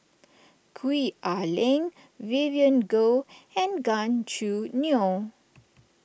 Gwee Ah Leng Vivien Goh and Gan Choo Neo